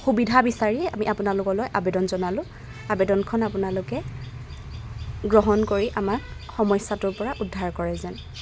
সুবিধা বিচাৰি আমি আপোনালোকলৈ আবেদন জনালোঁ আবেদনখন আপোনালোকে গ্ৰহণ কৰি আমাক সমস্যাটোৰ পৰা উদ্ধাৰ কৰে যেন